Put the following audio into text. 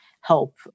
help